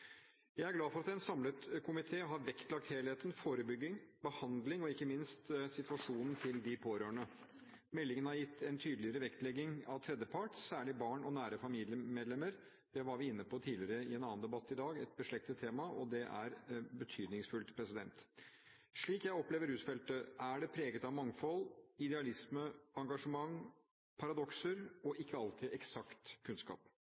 Jeg er glad for at en samlet komité har vektlagt helheten: forebygging, behandling og ikke minst situasjonen til de pårørende. Meldingen har gitt en tydeligere vektlegging av tredjepart, særlig barn og nære familiemedlemmer. Det var vi inne på tidligere i en annen debatt i dag, om et beslektet tema, og det er betydningsfullt. Slik jeg opplever rusfeltet, er det preget av mangfold, idealisme, engasjement, paradokser og ikke alltid eksakt kunnskap.